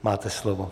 Máte slovo.